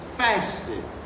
fasted